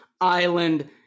Island